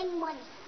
money